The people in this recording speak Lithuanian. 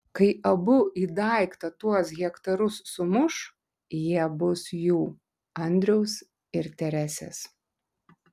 kai abu į daiktą tuos hektarus sumuš jie bus jų andriaus ir teresės